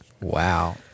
wow